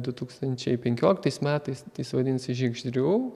du tūkstančiai penkioliktais metais jis vadinsis žiegždrių